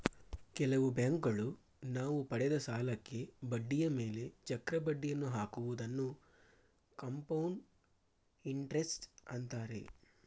ಕೆಲವು ಬ್ಯಾಂಕುಗಳು ನಾವು ಪಡೆದ ಸಾಲಕ್ಕೆ ಬಡ್ಡಿಯ ಮೇಲೆ ಚಕ್ರ ಬಡ್ಡಿಯನ್ನು ಹಾಕುವುದನ್ನು ಕಂಪೌಂಡ್ ಇಂಟರೆಸ್ಟ್ ಅಂತಾರೆ